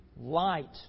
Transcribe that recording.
light